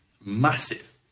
massive